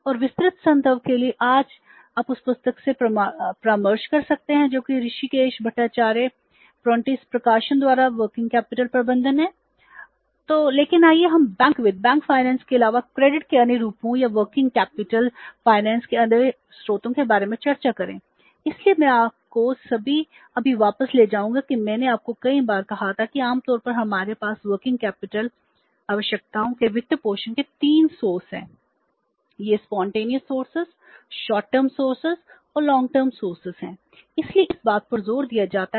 और विस्तृत संदर्भ के लिए आप उस पुस्तक से परामर्श कर सकते हैं जो कि ऋषिकेश भट्टाचार्य प्रेंटिस प्रकाशन द्वारा वर्किंग कैपिटल आवश्यकताओं के वित्तपोषण के 3 स्रोत हैं